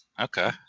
Okay